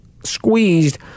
squeezed